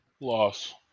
loss